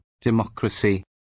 democracy